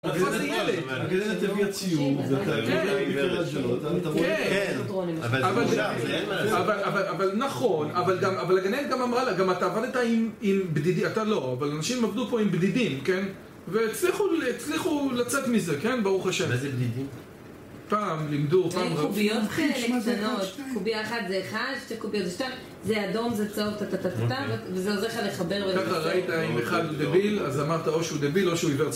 הגננת הביאה ציור ואתה רואה אינטרנט שלו כן, אבל נכון, אבל, אבל, נכון.. אבל גם, אבל הגננת גם אמרה לה גם אתה עבדת עם, עם בדידים, אתה לא.. אבל אנשים עבדו פה עם בדידים, כן? והצליחו, הצליחו לצאת מזה, כן, ברוך השם.. מה זה בדידים? פעם לימדו, זה מן קוביות כאלה קטנות, קוביה אחת זה אחד, שתי קוביות זה שתיים זה אדום, זה צהוב, טטטתה... וזה עוזר לך לחבר ולחזור ככה ראית אם אחד דביל, אז אמרת או שהוא דביל או שהוא עיוור צבעים